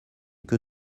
que